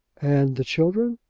and the children?